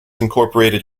incorporated